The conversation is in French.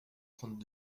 trente